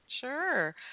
Sure